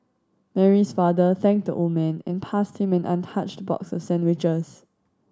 Mary's father thanked the old man and passed him an untouched boxes sandwiches